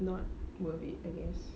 not worth it I guess